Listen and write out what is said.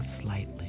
slightly